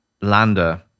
Lander